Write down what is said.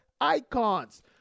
icons